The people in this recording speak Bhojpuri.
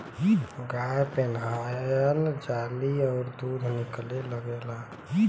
गाय पेनाहय जाली अउर दूध निकले लगेला